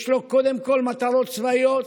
יש לו קודם כול מטרות צבאיות,